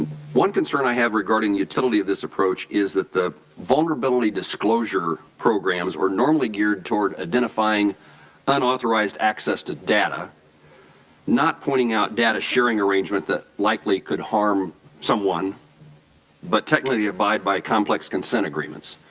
one concern i have regarding utility of this approach is that vulnerability disclosure programs are normally geared towards identifying unauthorized access to data not pulling out data sharing arrangement that likely could harm someone but technically abide by complex consent agreements.